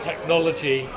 Technology